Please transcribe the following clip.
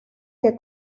que